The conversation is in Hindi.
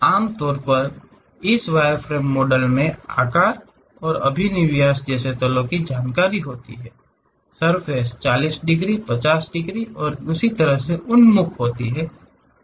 आमतौर पर इस वायरफ्रेम मॉडल में आकार और अभिविन्यास जैसे तलो की जानकारी होती है सर्फ़ेस 40 डिग्री 50 डिग्री और इसी तरह से उन्मुख होती है